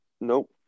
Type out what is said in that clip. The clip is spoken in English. Nope